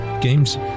games